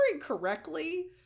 correctly